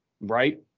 right